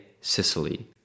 Sicily